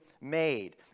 made